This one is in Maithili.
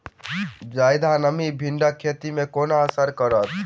जियादा नमी भिंडीक खेती केँ कोना असर करतै?